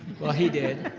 well, he did.